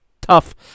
tough